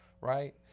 right